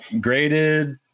graded